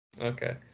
Okay